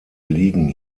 liegen